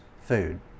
food